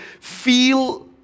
Feel